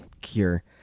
cure